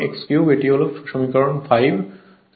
এই Ia 2 এবং এই Ia 2 হয়